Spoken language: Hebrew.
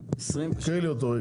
תקריא לי אותו.